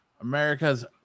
America's